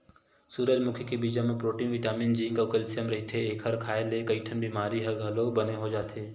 सूरजमुखी के बीजा म प्रोटीन बिटामिन जिंक अउ केल्सियम रहिथे, एखर खांए ले कइठन बिमारी ह घलो बने हो जाथे